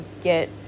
get